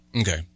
Okay